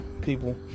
people